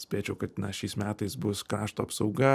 spėčiau kad na šiais metais bus krašto apsauga